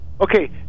Okay